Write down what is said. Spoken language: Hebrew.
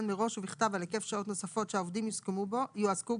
מראש ובמכתב על היקף שעות נוספות שהעובדים יועסקו בו,